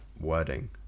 wording